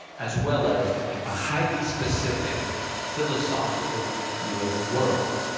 as well as a highly specific philosophical view of the world.